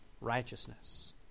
righteousness